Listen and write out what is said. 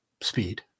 speed